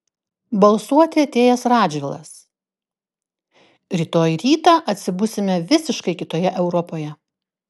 balsuoti atėjęs radžvilas rytoj rytą atsibusime visiškai kitoje europoje